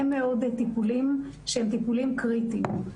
מאוד טיפולים שהם טיפולים קריטיים.